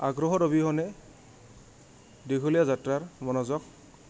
আগ্ৰহৰ অবিহনে দীঘলীয়া যাত্ৰাৰ মনোযোগ